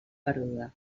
perduda